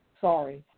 sorry